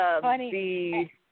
funny